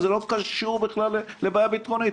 זה לא קשור בכלל לבעיה ביטחונית,